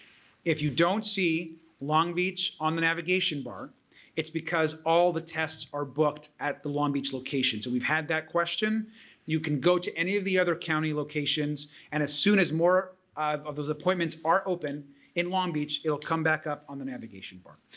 if you don't see long beach on the navigation bar it's because all the tests are booked at the long beach locations. and we've had that question and you can go to any of the other county locations and as soon as more of of those appointments are open in long beach it'll come back up on the navigation bar.